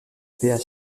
phd